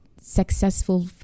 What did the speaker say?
successful